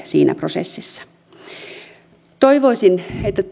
siinä prosessissa toivoisin että